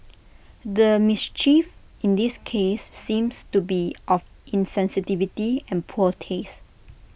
the mischief in this case seems to be of insensitivity and poor taste